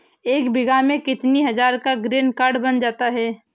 एक बीघा में कितनी हज़ार का ग्रीनकार्ड बन जाता है?